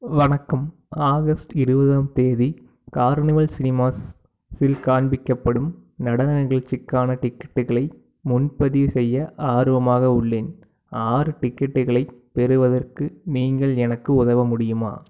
வணக்கம் ஆகஸ்ட் இருபதாம் தேதி கார்னிவல் சினிமாஸ்ஸில் காண்பிக்கப்படும் நடன நிகழ்ச்சிக்கான டிக்கெட்டுகளை முன்பதிவு செய்ய ஆர்வமாக உள்ளேன் ஆறு டிக்கெட்டுகளை பெறுவதற்கு நீங்கள் எனக்கு உதவ முடியுமா